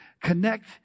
connect